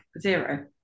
zero